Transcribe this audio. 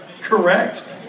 Correct